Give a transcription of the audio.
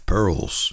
Pearls